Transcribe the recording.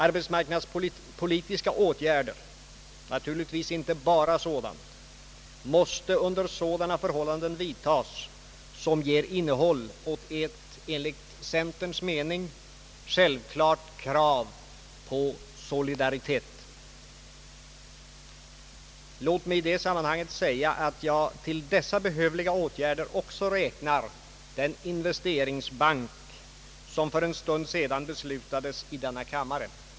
Arbetsmarknadspolitiska åtgärder — och även inte bara sådana — måste under sådana förhållanden vidtas som ger innehåll åt en enligt centerns mening självklar solidaritet. Låt mig i detta sammanhang framhålla att jag till dessa behövliga åtgärder också räknar den investeringsbank, som för en stund sedan beslutats i denna kammare.